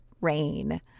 rain